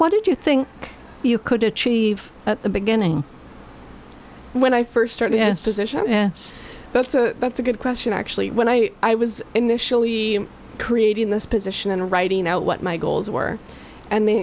what do you think you could achieve at the beginning when i first started as physicians that's a good question actually when i was initially creating this position and writing out what my goals were and they